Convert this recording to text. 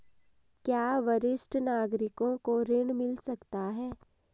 क्या वरिष्ठ नागरिकों को ऋण मिल सकता है?